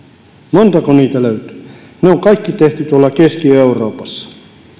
montako niitä löytyy ne on kaikki tehty tuolla keski euroopassa